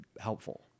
helpful